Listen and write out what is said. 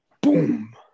boom